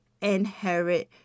inherit